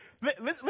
Listen